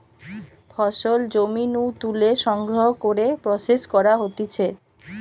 ফসল জমি নু তুলে সংগ্রহ করে প্রসেস করা হতিছে